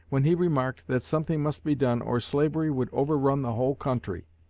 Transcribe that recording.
when he remarked that something must be done or slavery would overrun the whole country.